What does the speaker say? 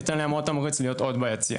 ייתן להם עוד תמריץ להיות עוד ביציע.